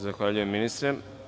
Zahvaljujem ministre.